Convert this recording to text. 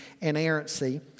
inerrancy